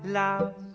love